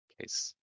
case